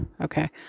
okay